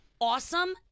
awesome